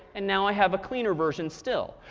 and now i have a cleaner version still.